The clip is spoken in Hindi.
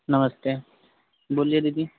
नमस्ते बोलिए दीदी